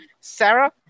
Sarah